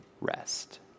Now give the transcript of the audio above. rest